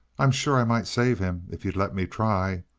i'm sure i might save him if you'd let me try.